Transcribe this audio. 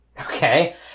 Okay